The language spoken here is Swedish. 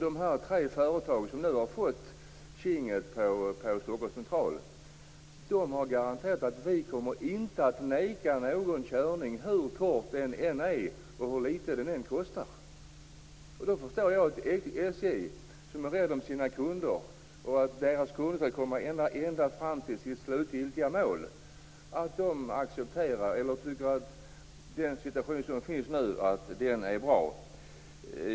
De tre företag som nu har fått första tjing på Stockholms central har garanterat att de inte kommer att säga nej till någon körning, hur kort den än är och hur litet den än kostar. SJ är rädd om sina kunder. De vill att deras kunder skall komma ända fram till sina slutgiltiga mål. Jag förstår att SJ tycker att den situation som finns nu är bra.